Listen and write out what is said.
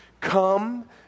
come